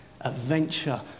adventure